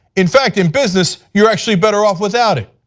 in fact, in business, you are actually better off without it.